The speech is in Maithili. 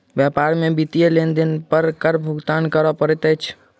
व्यापार में वित्तीय लेन देन पर कर भुगतान करअ पड़ैत अछि